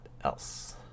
else